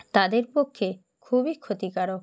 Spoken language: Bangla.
তাদের পক্ষে খুবই ক্ষতিকারক